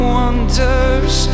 wonders